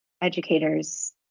educators